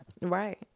right